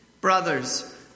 Brothers